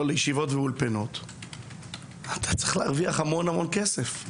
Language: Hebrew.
לאולפנות ולישיבות אתה צריך להרוויח המון המון כסף.